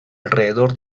alrededor